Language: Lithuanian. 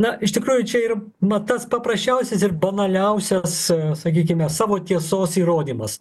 na iš tikrųjų čia ir va tas paprasčiausias ir banaliausias sakykime savo tiesos įrodymas